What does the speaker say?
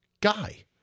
guy